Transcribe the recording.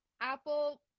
Apple